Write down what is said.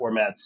formats